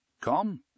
Come